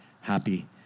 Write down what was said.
happy